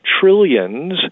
trillions